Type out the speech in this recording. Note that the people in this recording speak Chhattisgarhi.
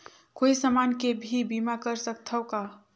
कोई समान के भी बीमा कर सकथव का?